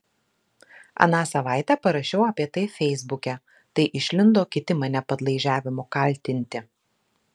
aną savaitę parašiau apie tai feisbuke tai išlindo kiti mane padlaižiavimu kaltinti